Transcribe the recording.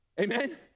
Amen